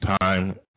Time